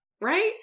Right